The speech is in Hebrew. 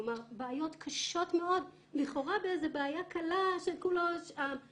כלומר בעיות קשות מאוד לכאורה באיזו בעיה קלה של עששת.